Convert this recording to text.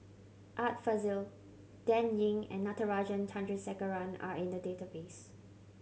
Art Fazil Dan Ying and Natarajan Chandrasekaran are in the database